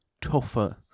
tougher